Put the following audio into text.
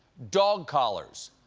dog collars,